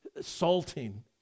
salting